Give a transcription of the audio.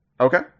Okay